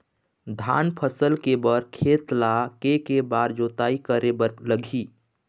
धान फसल के बर खेत ला के के बार जोताई करे बर लगही?